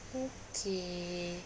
okay